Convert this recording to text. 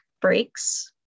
breaks